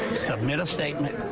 submit a statement,